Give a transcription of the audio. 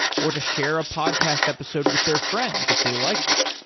or to share a podcast episode with their friends if they liked it.